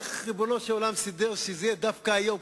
איך ריבונו של עולם סידר שזה יהיה דווקא היום,